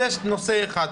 זה נושא אחד.